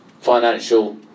financial